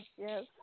yes